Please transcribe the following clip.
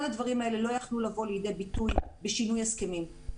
כל הדברים האלה לא יכלו לבוא לידי ביטוי בשינוי הסכמים.